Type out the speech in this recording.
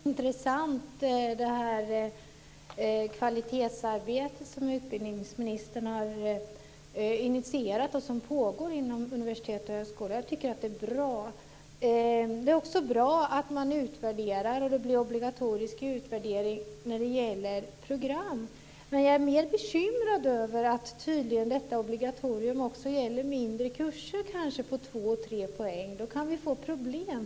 Herr talman! Det är intressant med det kvalitetsarbete som utbildningsministern har initierat och som pågår inom universitet och högskolor. Jag tycker att det är bra. Det är också bra att man utvärderar, att det blir obligatorisk utvärdering när det gäller program. Men jag är mer bekymrad över att detta obligatorium tydligen också gäller mindre kurser på två tre poäng. Då kan vi få problem.